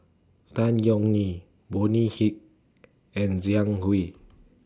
Tan Yeok Nee Bonny He and Zhang Hui